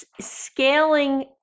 Scaling